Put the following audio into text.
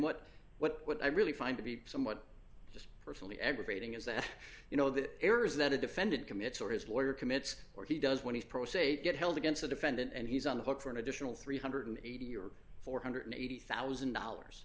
what what what i really find to be somewhat just personally aggravating is that you know the errors that a defendant commits or his lawyer commits or he does when he's pro se get held against the defendant and he's on the hook for an additional three hundred and eighty dollars or four hundred and eighty thousand dollars